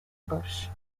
busch